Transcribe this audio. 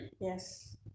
Yes